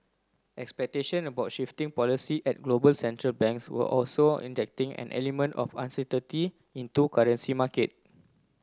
expectation about shifting policy at global central banks were also injecting an element of uncertainty into currency markets